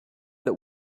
that